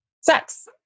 sex